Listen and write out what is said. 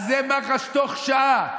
על זה מח"ש תוך שעה,